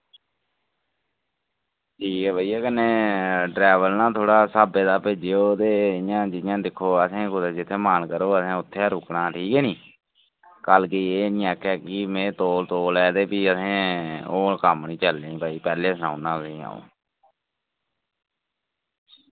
ठीक ऐ भैया कन्नै ड्रैवर ना थोह्ड़ा स्हाबै दा भेजेओ ते इयां जियां दिक्खो असें कुतै जित्थें साढ़ा मन करग असें उत्थें रुकना ठीक ऐ नी ते कल्ल गी एह् निं आक्खै कि में तौल तौल ऐ ते फ्ही असें ओह् कम्म निं चलना ई भई पैह्लें सनाई ओड़ना तुसेंगी अ'ऊं